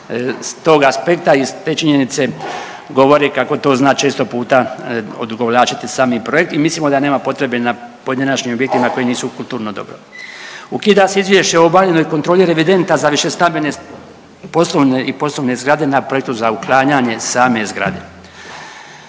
tog aspekta i s te činjenice govori kako to zna često puta odugovlačiti sami projekt i mislimo da nema potrebe na pojedinačnim objektima koji nisu kulturno dobro. Ukida se izvješće o obavljenoj kontroli revidenta za višestambene poslovne i posebne zgrade na projektu za uklanjanje same zgrade.